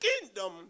kingdom